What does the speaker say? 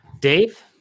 Dave